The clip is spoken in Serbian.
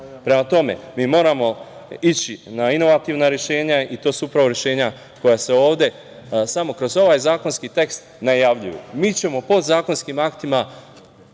tome, mi moramo ići na inovativna rešenja i to su upravo rešenja koja se ovde samo kroz ovaj zakonski tekst najavljuju. Mi ćemo podzakonskim aktima